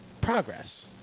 progress